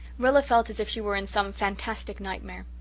rilla felt as if she were in some fantastic nightmare.